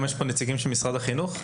יש פה היום נציגים של משרד החינוך?